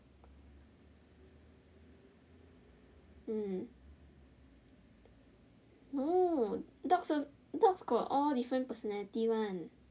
mm no dogs no dogs got all different personality one